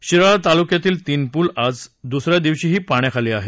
शिराळा तालुक्यातील तीन पूल आज दुसऱ्या दिवशीही पाण्याखाली आहेत